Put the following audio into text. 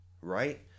right